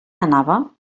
anava